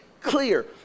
clear